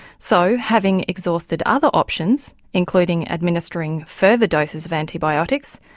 so having exhausted other options, including administering further doses of antibiotics,